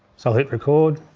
so i'll hit record,